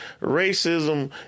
racism